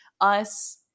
us-